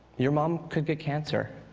your mom could get cancer,